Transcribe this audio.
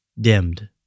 dimmed